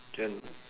can